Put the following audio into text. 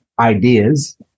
ideas